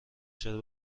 چرا